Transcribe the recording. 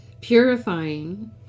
purifying